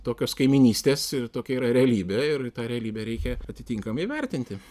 tokios kaimynystės ir tokia yra realybė ir tą realybę reikia atitinkamai vertinti